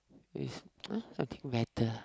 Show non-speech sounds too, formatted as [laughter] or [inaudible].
is [noise] something better